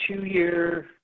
two-year